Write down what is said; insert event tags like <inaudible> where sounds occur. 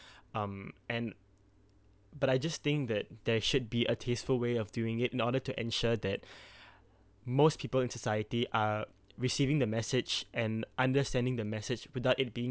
<breath> um and but I just think that there should be a tasteful way of doing it in order to ensure that <breath> most people in society are receiving the message and understanding the message without it being